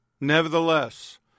Nevertheless